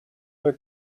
wir